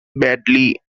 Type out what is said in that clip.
badly